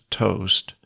toast